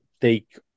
take